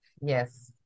Yes